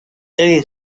egin